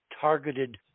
targeted